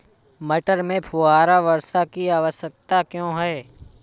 मटर में फुहारा वर्षा की आवश्यकता क्यो है?